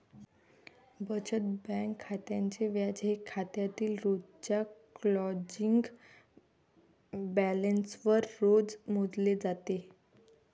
बचत बँक खात्याचे व्याज हे खात्यातील रोजच्या क्लोजिंग बॅलन्सवर रोज मोजले जाते